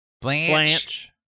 Blanche